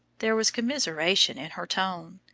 there was commiseration in her tone.